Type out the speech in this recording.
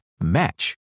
match